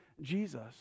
Jesus